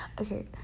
okay